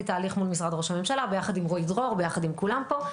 תהליך מול משרד ראש הממשלה ביחד עם רועי דרור וביחד עם כולם פה.